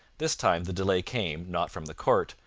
this time the delay came, not from the court,